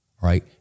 right